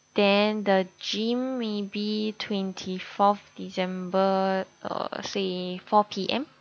then the gym maybe twenty fourth december uh say four P_M